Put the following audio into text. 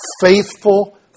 faithful